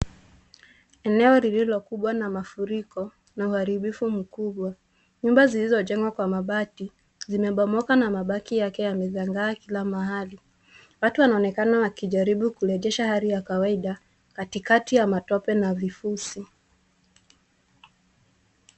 Eneo lililo kubwa na mafuriko na uharibifu mkubwa. Nyumba zilizo jengwa kwa mabati zimebomoka na mabaki yake yamezagaa kila mahali. Watu wanaonekana wakijaribu kuregesha hali ya kawaida katikati ya matope na vifusi.